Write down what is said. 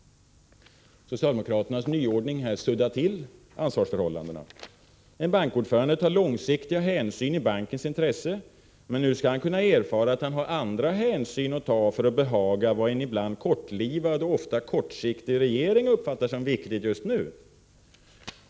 Socialdemokraternas nyordning suddar till ansvarsförhållandena. En bankordförande tar långtsiktiga hänsyn i bankens intresse, men nu skall han kunna erfara att han har andra hänsyn att ta, för att behaga vad en ibland kortlivad och ofta kortsiktig regering uppfattar som viktigt just nu.